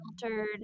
filtered